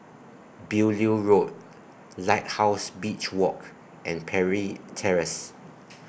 Beaulieu Road Lighthouse Beach Walk and Parry Terrace